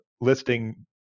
listing